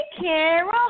Carol